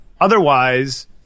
otherwise